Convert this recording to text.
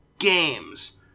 games